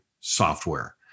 software